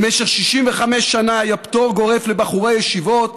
במשך 65 שנה היה פטור גורף לבחורי ישיבות,